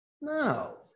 no